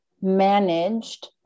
managed